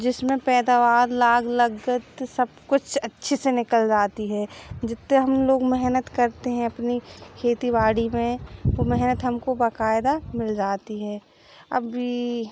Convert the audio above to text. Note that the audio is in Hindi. जिसमें पैदावार लाग लागत सब कुछ अच्छे से निकल जाती है जितनी हम लोग मेहनत करते हैं अपनी खेती बाड़ी में वह मेहनत हमको बाक़ायदा हमको मिल जाती है अभी